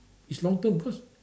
is long term because